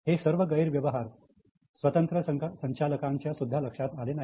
हे सर्व गैरव्यवहार स्वतंत्र संचालकांच्या सुद्धा लक्षात आले नाही